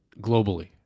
globally